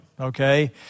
okay